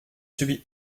subi